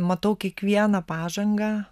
matau kiekvieną pažangą